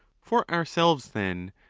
for ourselves, then,